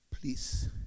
Please